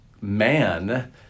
man